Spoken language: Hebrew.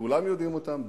שכולם יודעים אותן,